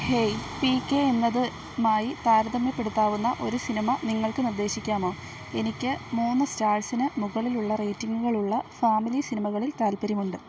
hey P K എന്നതുമായി താരതമ്യപ്പെടുത്താവുന്ന ഒരു സിനിമ നിങ്ങൾക്ക് നിർദ്ദേശിക്കാമോ എനിക്ക് മൂന്ന് സ്റ്റാർസിന് മുകളില് റേറ്റിങ്ങുകളുള്ള ഫാമിലി സിനിമകളിൽ താൽപ്പര്യമുണ്ട്